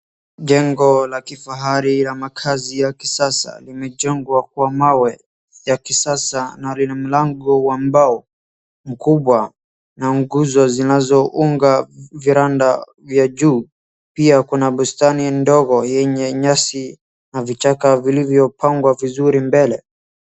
Jengo la kifahari la makazi ya kisasa limejengwa kwa mawe ya kisasa na lina mlango wa mbao mkubwa na nguzo zinazounga viranda vya juu. Pia kuna bustani ndogo yenye nyasi na vichaka vilivyopangwa vizuri mbele.